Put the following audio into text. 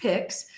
Picks